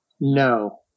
no